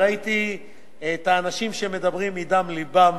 ראיתי את האנשים שמדברים מדם לבם